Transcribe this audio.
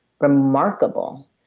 remarkable